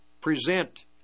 present